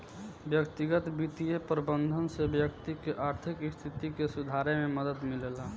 व्यक्तिगत बित्तीय प्रबंधन से व्यक्ति के आर्थिक स्थिति के सुधारे में मदद मिलेला